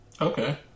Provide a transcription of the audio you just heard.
Okay